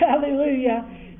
hallelujah